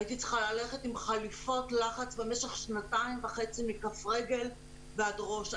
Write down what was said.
הייתי צריכה ללכת עם חליפות לחץ במשך שתיים וחצי מכף רגל ועד ראש.